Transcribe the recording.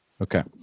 okay